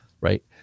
right